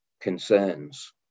concerns